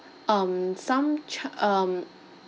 um some c~ um